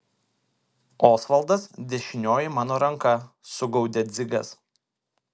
osvaldas dešinioji mano ranka sugaudė dzigas